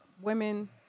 women